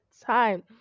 time